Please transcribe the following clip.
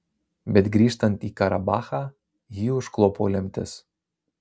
bet grįžtant į karabachą jį užklupo lemtis